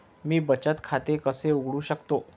मी बचत खाते कसे उघडू शकतो?